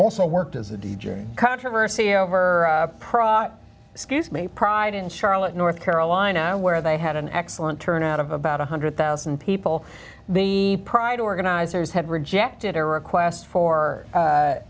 also worked as a d j controversy over prot excuse me pride in charlotte north carolina where they had an excellent turnout of about one hundred thousand people the pride organizers have rejected a request for